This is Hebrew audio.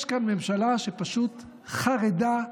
יש כאן ממשלה שפשוט חרדה משינוי.